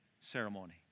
ceremony